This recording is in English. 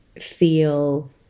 feel